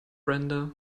brenda